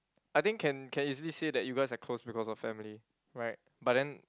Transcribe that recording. I think can can easily say that you guys are close because of family right but then